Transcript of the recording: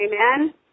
Amen